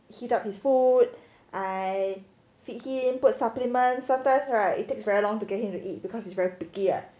heat up his food I feed him put supplement sometimes right you take very long to get him to eat because it's very picky right